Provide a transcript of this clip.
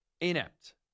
inept